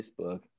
Facebook